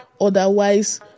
otherwise